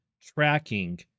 tracking